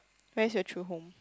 where is your true home